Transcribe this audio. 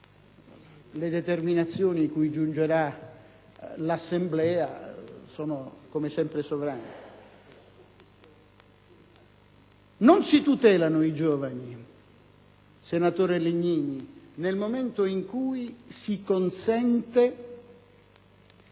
le determinazioni cui giungerà l'Assemblea sono come sempre sovrane. Non si tutelano i giovani, senatore Legnini, nel momento in cui si consente